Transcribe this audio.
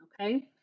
Okay